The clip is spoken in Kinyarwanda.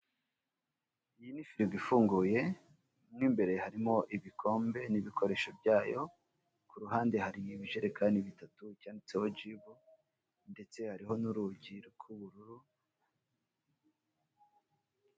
Iyi ni firigo ifunguye, mo imbere harimo ibikombe n'ibikoresho byayo, ku ruhande hari ibijerekani bitatu byanditseho jibu, ndetse hariho n'urugi rw'ubururu.